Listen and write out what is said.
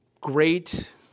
great